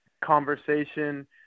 conversation